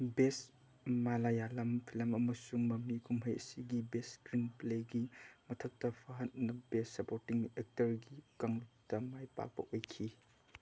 ꯕꯦꯁ Malayalam film ꯑꯃꯁꯨꯡ ꯃꯃꯤ ꯀꯨꯝꯍꯩ ꯑꯁꯤꯒꯤ ꯕꯦꯁ ꯏꯁꯀ꯭ꯔꯤꯟ ꯄ꯭ꯂꯦꯒꯤ ꯃꯊꯛꯇ ꯐꯥꯍꯠꯅ ꯕꯦꯁ ꯁꯄꯣꯔꯠꯇꯤꯡ ꯑꯦꯛꯇꯔꯒꯤ ꯀꯥꯡꯂꯨꯞꯇ ꯃꯥꯏ ꯄꯥꯛꯄ ꯑꯣꯏꯈꯤ